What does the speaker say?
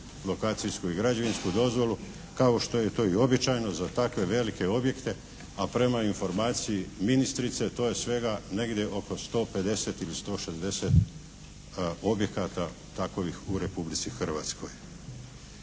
lokacijsku i građevinsku dozvolu kao što je to i običajno za takve velike objekte. A prema informaciji ministrice to je svega negdje oko 150 ili 160 objekata takovih u Republici Hrvatskoj.